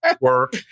work